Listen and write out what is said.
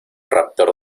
raptor